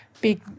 big